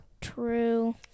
True